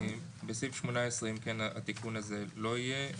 בסעיף 18 התיקון הזה לא יהיה.